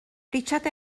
richard